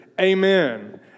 Amen